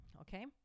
okay